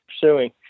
pursuing